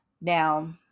Now